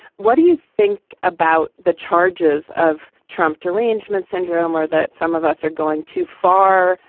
what do you think about the charges of trump to re-enrollment syndrome or that some of us are going too far?